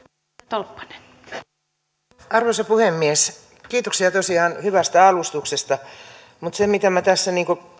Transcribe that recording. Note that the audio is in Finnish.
arvoisa puhemies kiitoksia tosiaan hyvästä alustuksesta mutta mitä minä tässä